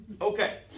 Okay